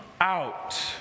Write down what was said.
out